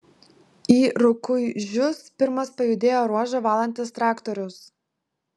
į rukuižius pirmas pajudėjo ruožą valantis traktorius